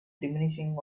diminishing